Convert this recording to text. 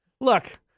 Look